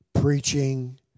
Preaching